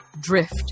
drift